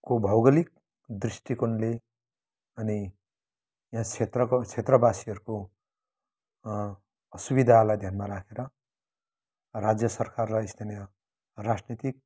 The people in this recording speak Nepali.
को भौगोलिक दृष्टिकोणले अनि यस क्षेत्रको क्षेत्रवासीहरूको असुविधालाई ध्यानमा राखेर राज्य सरकारलाई स्थानीय राजनैतिक